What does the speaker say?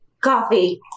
coffee